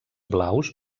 blaus